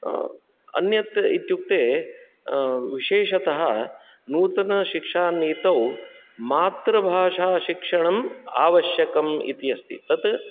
अन्यत् इत्युक्ते विशेषतः नूतनशिक्षानीतौ मातृभाषा शिक्षणम् आवश्यकम् इति अस्ति तत्